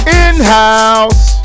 in-house